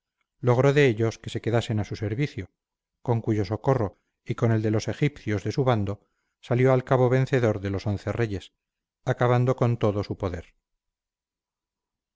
logró de ellos que se quedasen a su servicio con cuyo socorro y con el de los egipcios de su bando salió al cabo vencedor de los once reyes acabando con todo su poder